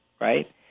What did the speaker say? Right